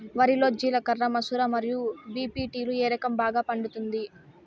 వరి లో జిలకర మసూర మరియు బీ.పీ.టీ లు ఏ రకం బాగా పండుతుంది